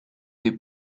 des